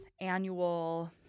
annual